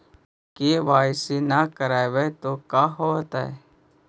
KYC न करवाई तो का हाओतै?